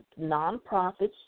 nonprofits